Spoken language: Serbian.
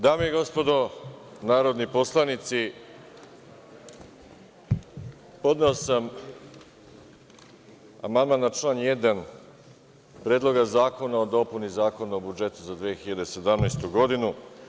Dame i gospodo, narodni poslanici, podneo sam amandman na član 1. Predloga zakona o dopuni Zakona o budžetu za 2018. godinu.